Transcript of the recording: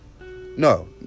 No